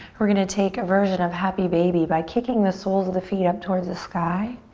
we're gonna take a version of happy baby by kicking the soles of the feet up towards the sky.